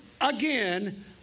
again